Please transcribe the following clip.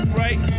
right